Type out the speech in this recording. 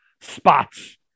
spots